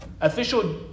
official